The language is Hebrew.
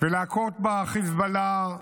ולהכות בחיזבאללה.